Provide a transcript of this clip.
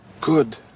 Good